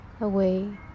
away